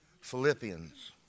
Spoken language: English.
Philippians